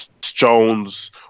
Jones